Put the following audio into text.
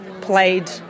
played